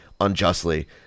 unjustly